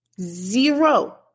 zero